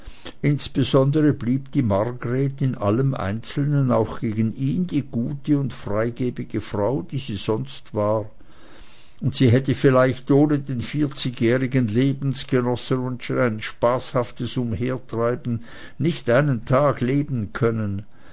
insbesondere blieb die margret in allem einzelnen auch gegen ihn die gute und freigebige frau die sie sonst war und sie hätte vielleicht ohne den vierzigjährigen lebensgenossen und sein spaßhaftes umhertreiben nicht einen tag leben können